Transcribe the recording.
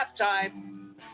halftime